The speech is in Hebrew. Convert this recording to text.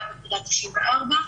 היא 1.94%,